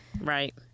Right